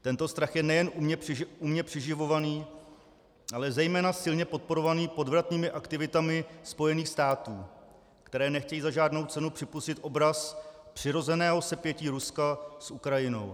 Tento strach je nejen umně přiživovaný, ale zejména silně podporovaný podvratnými aktivitami Spojených států, které nechtějí za žádnou cenu připustit obraz přirozeného sepětí Ruska s Ukrajinou.